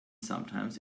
sometimes